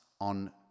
on